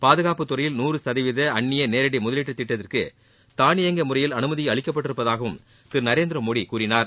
பாதுகாப்பு துறையில் நூறு சதவீத அன்னிய நேரடி முதலீட்டு திட்டத்திற்கு தானியங்கி முறையில் அனுமதி அளிக்கப்பட்டிருப்பதாகவும் திரு நரேந்திர மோடி கூறினார்